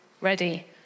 ready